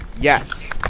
Yes